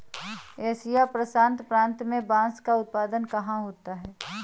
Asia प्रशांत प्रांत में बांस का उत्पादन कहाँ होता है?